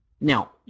Now